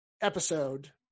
episode